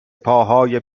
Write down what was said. پاهای